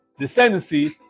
descendancy